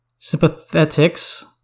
Sympathetics